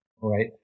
right